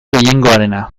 gehiengoarena